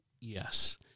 Yes